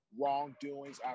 wrongdoings